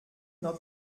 noch